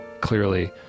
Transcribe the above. clearly